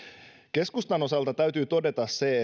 keskustan osalta täytyy todeta se